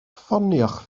ffoniwch